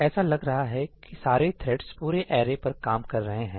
ऐसा लग रहा है कि सारे थ्रेड्स पूरे अरे पर काम कर रहे हैं